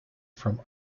from